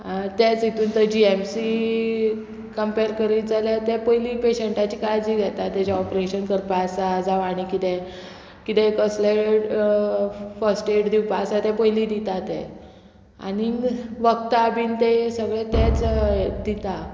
तेच हितून थंय जी एम सी कंपेर करीत जाल्यार ते पयली पेशंटाची काळजी घेता तेजें ऑपरेशन करपा आसा जावं आनी किदें किदें कसले फस्ट एड दिवपा आसा ते पयली दिता ते आनीक वखदां बीन ते सगळें तेच दिता